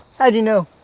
how'd you know?